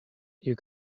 you